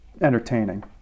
entertaining